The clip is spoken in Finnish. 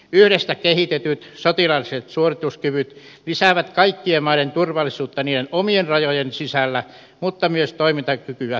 yhdessä kehitetyt sotilaalliset suorituskyvyt lisäävät kaikkien maiden turvallisuutta niiden omien rajojen sisällä mutta myös toimintakykyä kansainvälisissä operaatioissa